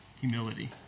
humility